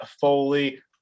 Foley